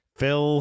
Phil